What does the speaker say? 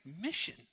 mission